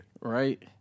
Right